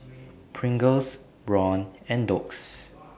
Pringles Braun and Doux